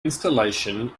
installation